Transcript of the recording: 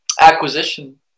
acquisition